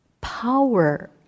power